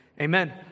Amen